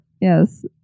Yes